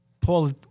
Paul